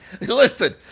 Listen